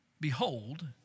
Behold